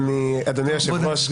אדוני היושב-ראש,